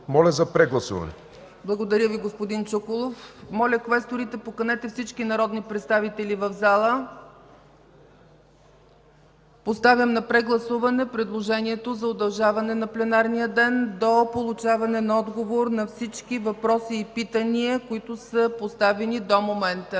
ЦЕЦКА ЦАЧЕВА: Благодаря Ви, господин Чуколов. Моля, квесторите, поканете всички народни представители в залата. Поставям на прегласуване предложението за удължаване на пленарния ден до получаване на отговор на всички въпроси и питания, поставени до момента.